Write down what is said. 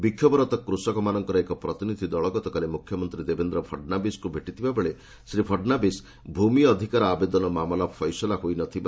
ବିକ୍ଷୋଭରତ କୂଷକ ମାନଙ୍କର ଏକ ପ୍ରତିନିଧି ଦଳ ଗତକାଲି ମୁଖ୍ୟମନ୍ତ୍ରୀ ଦେବେନ୍ଦ୍ର ଫଡନାଭିସଙ୍କୁ ଭେଟିଥିବାବେଳେ ଶ୍ରୀ ଫଡନାଭିସ ଭୂମି ଅଧିକାରୀ ଆବେଦନ ମାମଲା ଫଇସଲା ହୋଇ ନ ଥିଲା